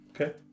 okay